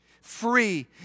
Free